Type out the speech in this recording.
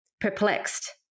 perplexed